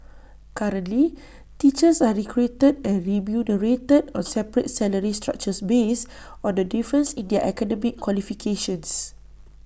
currently teachers are recruited and remunerated on separate salary structures based on the difference in their academic qualifications